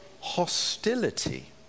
hostility